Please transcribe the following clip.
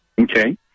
Okay